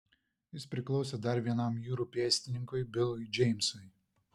jis priklausė dar vienam jūrų pėstininkui bilui džeimsui